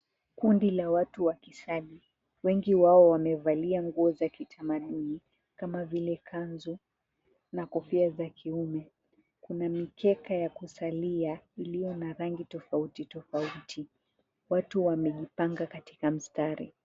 Kundi la watu wakisali wengi wao wamevalia nguo za kitamaduni kama vile kanzu na kofia za kiume, kuna mikeka ya kusalia iliyo na rangi tofauti tofauti, watu wamejipanga katika mstari.